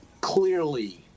clearly